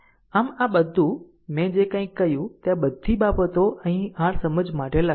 આમ આ બધું મેં જે કાંઈ કહ્યું તે આ બધી બાબતો અહીં r સમજ માટે લખાઈ છે